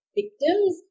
victims